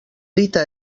dita